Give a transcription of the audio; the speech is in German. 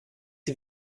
sie